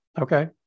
Okay